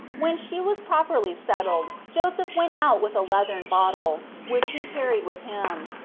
when she was properly settled joseph went out with a leathern bottle, which he carried with him,